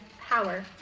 power